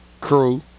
crew